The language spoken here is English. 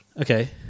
Okay